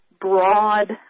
broad